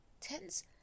tens